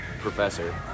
professor